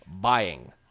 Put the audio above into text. buying